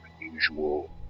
unusual